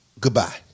Goodbye